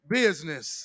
business